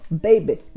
baby